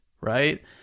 right